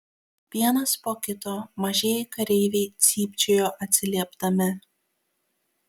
vienas po kito mažieji kareiviai cypčiojo atsiliepdami